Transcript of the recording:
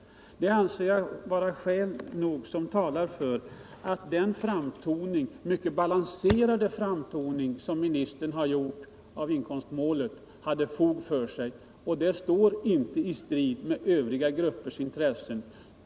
Det anser jag vara skäl nog för att den mycket balanserade framtoningen från ministerns sida beträffande inkomstmålet har fog för sig. Detta står inte i strid med övriga gruppers intressen.